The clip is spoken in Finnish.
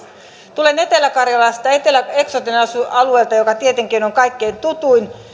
tulen etelä karjalasta eksoten alueelta joka tietenkin on kaikkein tutuin